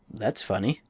that's funny,